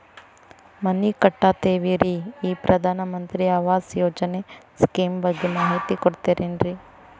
ಮನಿ ಕಟ್ಟಕತೇವಿ ರಿ ಈ ಪ್ರಧಾನ ಮಂತ್ರಿ ಆವಾಸ್ ಯೋಜನೆ ಸ್ಕೇಮ್ ಬಗ್ಗೆ ಮಾಹಿತಿ ಕೊಡ್ತೇರೆನ್ರಿ?